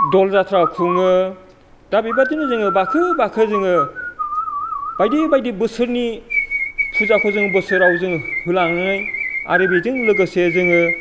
दलजात्रा खुङो दा बेबायदिनो जोङो बाखो बाखो जोङो बायदि बायदि बोसोरनि फुजाखौ जों बोसोराव जोङो होनानै आरो बेजों लोगोसे जोङो